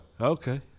Okay